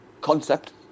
concept